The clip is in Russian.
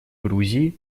грузии